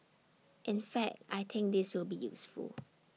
in fact I think this will be useful